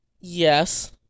Yes